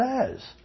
says